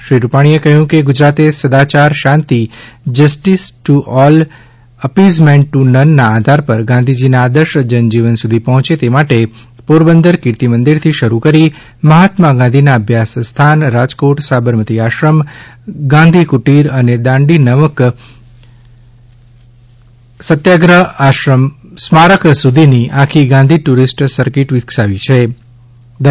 શ્રીરૂપાણીએ કહ્યું કે ગુજરાતે સદાચાર શાંતિ justice to all appeasement to નનના આધાર પર ગાંધીજીના આદર્શ જન જન સુધી પહોંચે તે માટે પોરબંદર કિર્તિ મંદિરથી શરૂકરી મહાત્મા ગાંધીના અભ્યાસ સ્થાન રાજકોટ સાબરમતી આશ્રમ દાંડી કુટીર અને દાંડી નમક સત્યાગ્રહ સ્મારક સુધીની આખી ગાંધી ટુરિસ્ટ સર્કિટ વિકસાવીછે